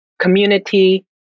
community